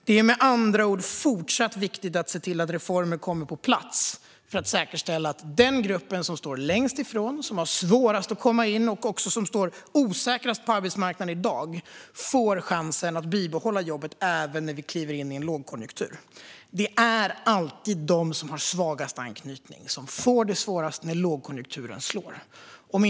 Det är med andra ord fortsatt viktigt att se till att reformer kommer på plats för att säkerställa att den grupp som står längst ifrån och har svårast att komma in på arbetsmarknaden och som sedan har det osäkrast på arbetsmarknaden i dag får chansen att behålla jobbet även när vi kliver in i en lågkonjunktur. Det är alltid de som har svagast anknytning till arbetsmarknaden som får det svårast när lågkonjunkturen slår till.